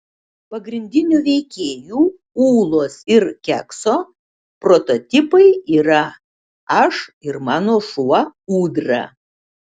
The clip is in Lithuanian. pagrindinių veikėjų ūlos ir kekso prototipai yra aš ir mano šuo ūdra